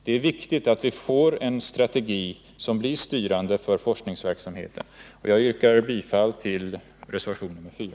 Det är viktigt att vi får en strategi som blir styrande för forskningsverksamheten. Jag yrkar bifall till reservationen 4.